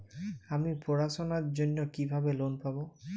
আমি পড়াশোনার জন্য কিভাবে লোন পাব?